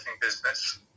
business